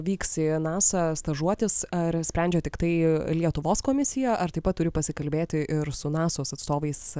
vyks į nasa stažuotis ar sprendžia tiktai lietuvos komisija ar taip pat turi pasikalbėti ir su nasos atstovais